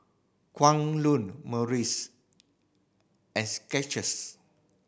Kwan Loong Morries and Skechers